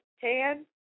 tan